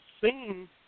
seen